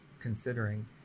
considering